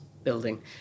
building